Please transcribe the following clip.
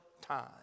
time